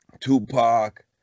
Tupac